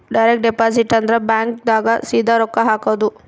direct deposit ಅಂದ್ರ bank ದಾಗ ಸೀದಾ ರೊಕ್ಕ ಹಾಕೋದು